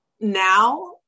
now